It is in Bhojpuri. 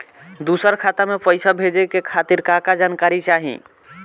दूसर खाता में पईसा भेजे के खातिर का का जानकारी चाहि?